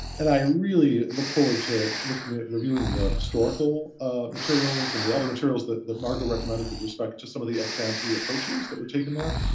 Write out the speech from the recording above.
and i really look forward to looking at reviewing the historical materials and the other materials that margot recommended with respect to some of the ex-ante approaches that were taken there,